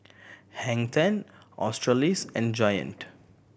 Hang Ten Australis and Giant